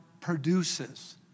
produces